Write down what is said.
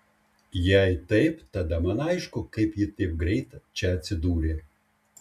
jei taip tada man aišku kaip ji taip greit čia atsidūrė